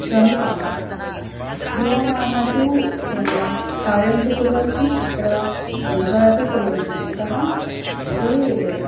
श्रमिकाः युवानः तु कार्यमपि कुर्वन्ति अत्र एञ्जाय् अपि कुर्वन्ति अतः ते